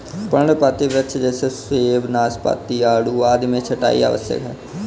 पर्णपाती वृक्ष जैसे सेब, नाशपाती, आड़ू आदि में छंटाई आवश्यक है